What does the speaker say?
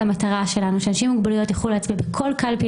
המטרה שלה כך שאנשים עם מוגבלות יוכלו להצביע בכל קלפי